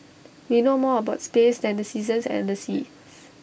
we know more about space than the seasons and the seas